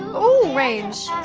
oh, range.